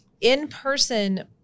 in-person